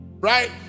Right